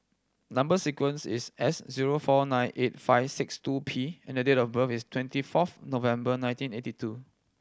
number sequence is S zero four nine eight five six two P and the date of birth is twenty fourth November nineteen eighty two